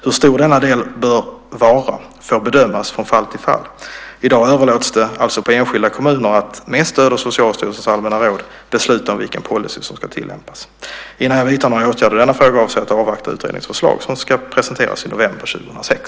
Hur stor denna del bör vara får bedömas från fall till fall. I dag överlåts det alltså på enskilda kommuner att - med stöd av Socialstyrelsens allmänna råd - besluta om vilken policy som ska tillämpas. Innan jag vidtar några åtgärder i denna fråga avser jag att avvakta utredningens förslag som ska presenteras i november 2006.